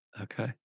Okay